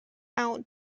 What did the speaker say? out